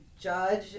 judge